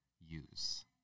use